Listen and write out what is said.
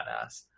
badass